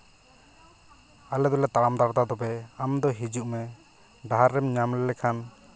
ᱟᱞᱮ ᱫᱚᱞᱮ ᱛᱟᱲᱟᱢ ᱦᱟᱛᱟᱲᱼᱫᱟ ᱛᱚᱵᱮ ᱟᱢ ᱫᱚ ᱦᱤᱡᱩᱜ ᱢᱮ ᱰᱟᱦᱟᱨ ᱨᱮᱢ ᱧᱟᱢ ᱞᱮᱠᱷᱟᱱ